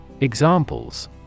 Examples